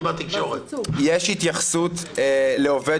יש התייחסות לעובד